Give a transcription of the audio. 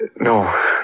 No